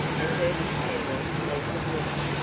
and her companions halted with her,